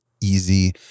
easy